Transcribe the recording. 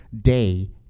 day